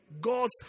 God's